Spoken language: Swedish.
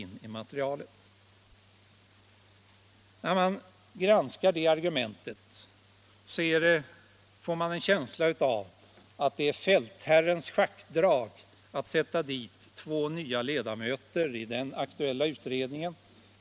När man granskar det argumentet får man en känsla av att det är fältherrens schackdrag att sätta dit två nya ledamöter i den aktuella utredningen.